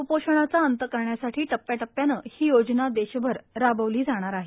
क्पोषणाचा अंत करण्यासाठी टप्प्या टप्प्याने ही योजना देशभर राबवली जाणार आहे